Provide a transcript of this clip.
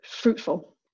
fruitful